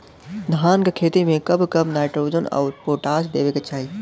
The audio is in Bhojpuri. धान के खेती मे कब कब नाइट्रोजन अउर पोटाश देवे के चाही?